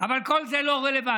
אבל כל זה לא רלוונטי,